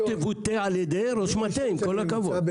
עם כל הכבוד.